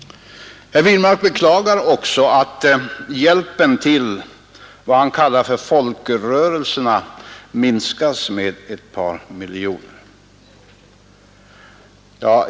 Herr Wirmark beklagar också att u-hjälpen till vad han kallar för folkrörelserna minskas med ett par miljoner.